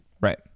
right